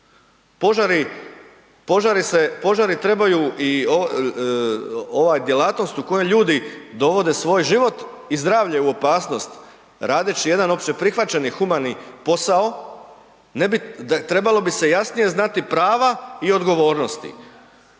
Požari trebaju i ova djelatnost u kojoj ljudi dovode svoj život i zdravlje u opasnost radeći jedan opće prihvaćeni humani posao, trebalo bi se jasnije znati prava i odgovornosti